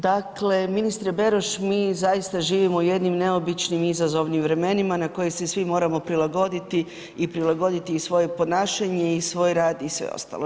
Dakle ministre Beroš, mi zaista živimo u jednim neobičnim i izazovnim vremenima na koje se svi moramo prilagoditi i prilagoditi i svoje ponašanje i svoj rad i sve ostalo.